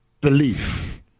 belief